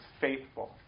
faithful